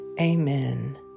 Amen